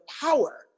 power